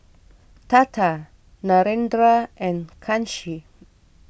Tata Narendra and Kanshi